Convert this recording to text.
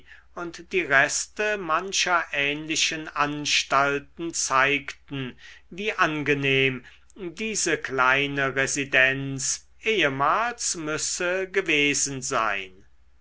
und die reste mancher ähnlichen anstalten zeigten wie angenehm diese kleine residenz ehemals müsse gewesen sein